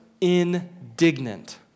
indignant